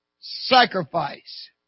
sacrifice